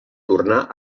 tornà